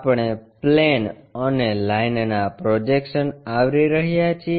આપણે પ્લેન અને લાઈન ના પ્રોજેક્શન આવરી રહ્યા છીએ